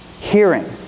Hearing